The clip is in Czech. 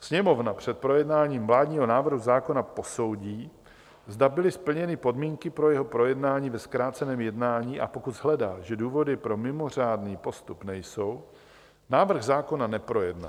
Sněmovna před projednáním vládního návrhu zákona posoudí, zda byly splněny podmínky pro jeho projednání ve zkráceném jednání, a pokud shledá, že důvody pro mimořádný postup nejsou, návrh zákona neprojedná.